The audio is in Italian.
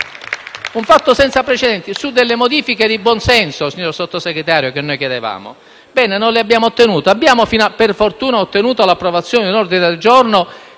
un fatto senza precedenti rispetto a modifiche di buonsenso, signor Sottosegretario, che noi chiedevamo. Bene: non le abbiamo ottenute. Abbiamo, per fortuna, ottenuto l'approvazione di un ordine del giorno